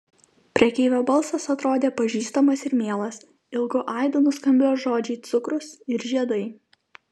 prekeivio balsas atrodė pažįstamas ir mielas ilgu aidu nuskambėjo žodžiai cukrus ir žiedai